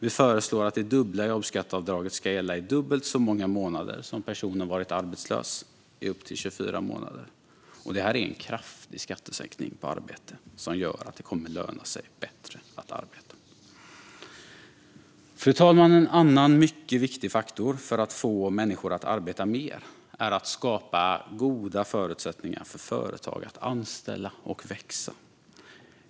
Vi föreslår att det dubbla jobbskatteavdraget ska gälla i dubbelt så många månader som personen varit arbetslös upp till 24 månader. Det här är en kraftig skattesänkning på arbete som gör att det kommer att löna sig bättre att arbeta. Fru talman! En annan mycket viktig faktor för att få människor att arbeta mer är att skapa goda förutsättningar för företag att anställa och växa.